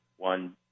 One